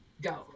go